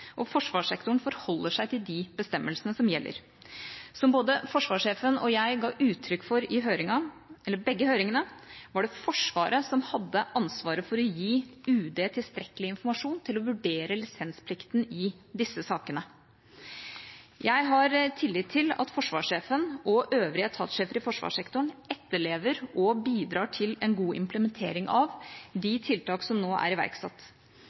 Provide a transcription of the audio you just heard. og forsvarssektoren forholder seg til de bestemmelsene som gjelder. Som både forsvarssjefen og jeg ga uttrykk for i begge høringene, var det Forsvaret som hadde ansvaret for å gi UD tilstrekkelig informasjon til å vurdere lisensplikten i disse sakene. Jeg har tillit til at forsvarssjefen og øvrige etatssjefer i forsvarssektoren etterlever og bidrar til en god implementering av de tiltak som nå er iverksatt.